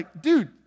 dude